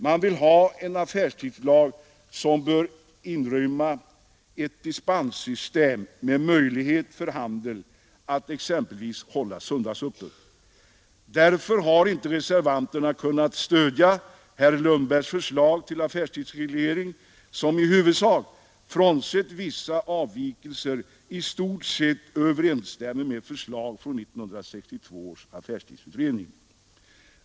Man vill ha en affärstidslag som bör inrymma ett dispenssystem med möjlighet för handeln att exempelvis hålla söndagsöppet. Därför har inte reservanterna kunnat stödja herr Lundbergs förslag till affärstidsreglering, som i huvudsak — frånsett vissa avvikelser — överensstämmer med förslag från 1962 års affärstidsutredning.